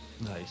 Nice